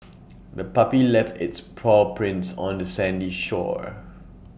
the puppy left its paw prints on the sandy shore